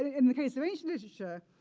in the case of ancient literature,